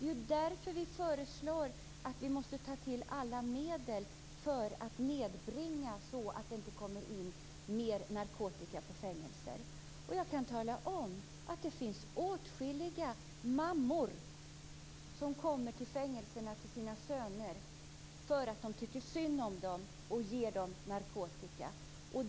Det är därför vi föreslår att alla medel skall tas till för att nedbringa risken för att det kommer in mer narkotika på fängelser. Jag kan tala om att det finns åtskilliga mammor som kommer till fängelserna till sina söner och ger dem narkotika för att de tycker synd om dem.